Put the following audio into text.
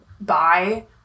buy